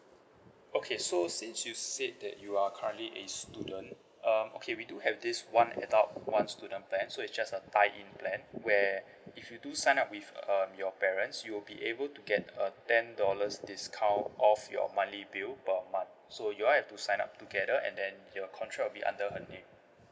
okay so since you said that you are currently a student um okay we do have this one adult one student plan so it's just a tie-in plan where if you do sign up with um your parents you'll be able to get a ten dollars discount off your monthly bill per month so you all have to sign up together and then your contract will be under her name